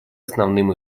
основным